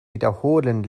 wiederholen